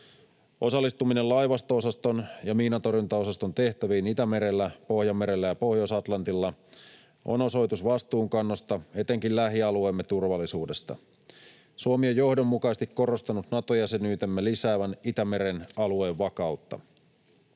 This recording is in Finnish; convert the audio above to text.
Osallistuminen laivasto-osaston ja miinantorjuntaosaston tehtäviin Itämerellä, Pohjanmerellä ja Pohjois-Atlantilla on osoitus vastuunkannosta etenkin lähialueemme turvallisuudesta. Suomi on johdonmukaisesti korostanut Nato-jäsenyytemme lisäävän Itämeren alueen vakautta.